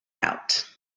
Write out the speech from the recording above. out